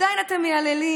עדיין אתם מייללים,